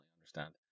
understand